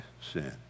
sin